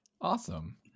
Awesome